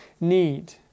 need